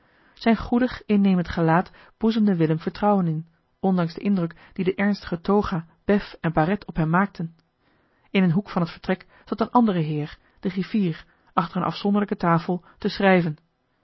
zijn goedig innemend gelaat boezemde willem vertrouwen in ondanks den indruk dien de ernstige toga bef en baret op hem maakten in een hoek van het vertrek zat een andere heer de griffier achter eene afzonderlijke tafel te schrijven